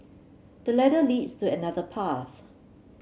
the ladder leads to another path